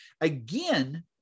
again